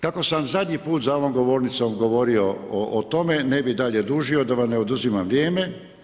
Tako sam zadnji put za ovom govornicom govorio o tome, ne bih dalje dužio da vam ne oduzimam vrijeme.